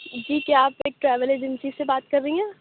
جی کیا آپ ایک ٹریول ایجنسی سے بات کر رہی ہیں